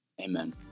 Amen